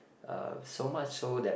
uh so much so that